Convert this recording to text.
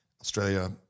Australia